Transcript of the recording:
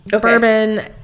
Bourbon